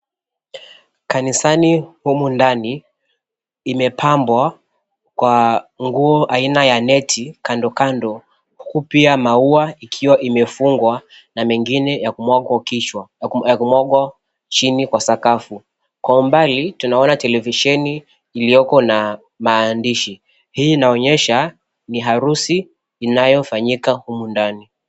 Kanisani humu ndani imepambwa kwa nguo aina ya neti kandokando, huku pia maua ikiwa imefungwa na mengine ya kumwagwa chini kwa sakafu kwa umbali, tunaona televisheni iliyoko na maandishi. Hii inaonyesha ni harusi inayofanyika humu ndani.